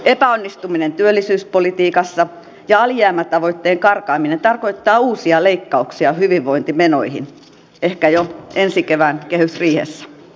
epäonnistuminen työllisyyspolitiikassa ja alijäämätavoitteen karkaaminen tarkoittaa uusia leikkauksia hyvinvointimenoihin ehkä jo ensi kevään kehysriihessä